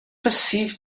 perceived